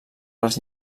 les